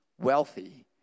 wealthy